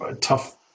tough